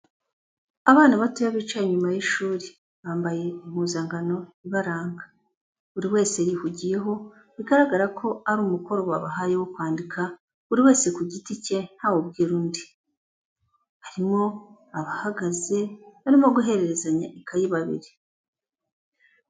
Abana batoya bicaye inyuma y'ishuri, bambaye impuzankano ibaranga, buri wese yihugiyeho, bigaragara ko ari umukoro babahaye wo kwandika, buri wese ku giti cye nta wubwira undi, harimo abahagaze barimo guhererezanya ikayi babiri.